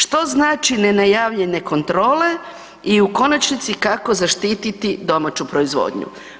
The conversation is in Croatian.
Što znači ne najavljene kontrole i u konačnici kako zaštititi domaću proizvodnju.